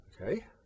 okay